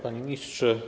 Panie Ministrze!